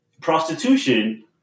Prostitution